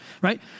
right